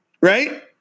Right